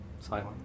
silent